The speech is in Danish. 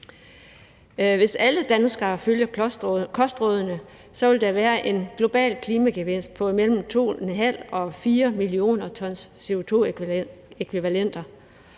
Hvis alle danskere følger kostrådene, vil der være en global klimagevinst på mellem 2,5 og 4 millioner t CO2-ækvivalenter,